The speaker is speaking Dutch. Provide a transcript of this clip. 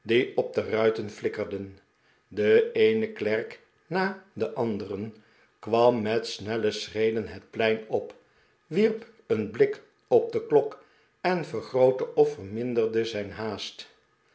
op de ruiten flikkerden de eene klerk na den anderen kwam met snelle schreden het plein op wierp een blik op de klok en vergrootte of verminderde zijn haast